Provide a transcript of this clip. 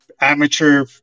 amateur